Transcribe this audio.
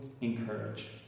encouraged